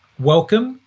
welcome,